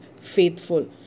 faithful